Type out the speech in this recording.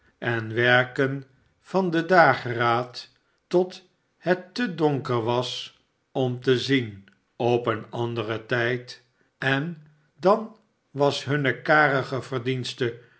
en werken van den dageraad tot het te donker was om te zien op een anderen tijd en dan was hunne karige